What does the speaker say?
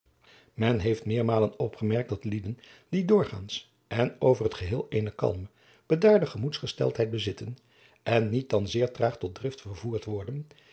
men heeft meermalen opgemerkt dat lieden die doorgaands en over t geheel eene kalme bedaarde gemoedsgesteldheid bezitten en niet dan zeer traag tot drift vervoerd worden